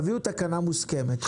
תביאו תקנה מוסכמת.